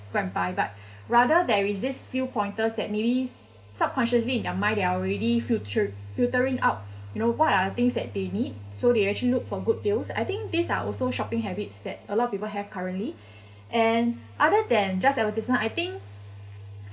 go and buy but rather there is these few pointers that maybe subconsciously in their mind they're already future filtering out you know what are the things that they need so they actually look for good deals I think these are also shopping habits that a lot of people have currently and other than just advertisement I think